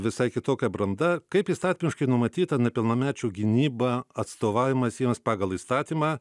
visai kitokia branda kaip įstatymiškai numatyta nepilnamečių gynyba atstovavimas jiems pagal įstatymą